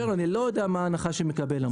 אני לא יודע מה ההנחה שמקבל המוסך.